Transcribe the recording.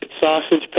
Sausage